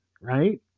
right